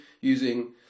using